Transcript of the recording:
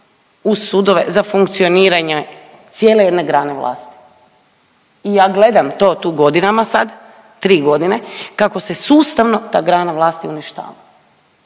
uz sudove za funkcioniranje cijele jedne grane vlasti. I ja gledam to tu godinama sad, 3 godine, kako se sustavno ta grana vlasti uništava.